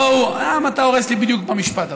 למה אתה הורס לי בדיוק במשפט,